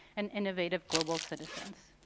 and innovative global citizens.